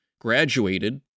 graduated